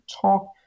talk